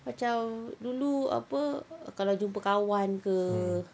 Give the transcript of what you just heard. macam dulu apa kalau jumpa kawan ke